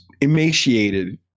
emaciated